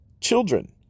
children